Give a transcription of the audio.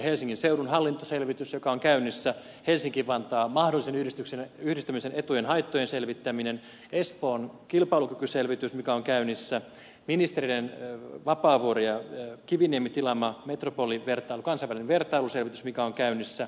helsingin seudun hallintoselvitys joka on käynnissä helsingin ja vantaan mahdollisen yhdistämisen etujen ja haittojen selvittäminen espoon kilpailukykyselvitys joka on käynnissä ministerien vapaavuori ja kiviniemi tilaama metropolivertailu kansainvälinen vertailuselvitys joka on käynnissä